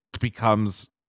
becomes